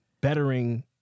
bettering